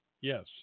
Yes